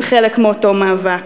הם חלק מאותו מאבק.